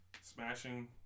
smashing